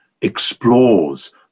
explores